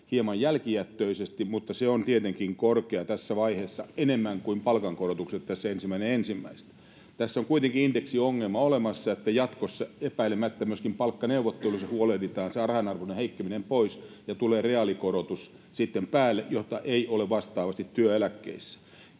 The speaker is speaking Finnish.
hieman jälkijättöisesti, mutta se on tietenkin korkea tässä vaiheessa, enemmän kuin palkankorotukset 1.1. Tässä on kuitenkin indeksiongelma olemassa, ja jatkossa epäilemättä myöskin palkkaneuvotteluissa huolehditaan, että saadaan rahan arvon heikkeneminen pois ja tulee sitten päälle reaalikorotus, jota ei ole vastaavasti työeläkkeissä.